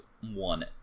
One